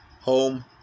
home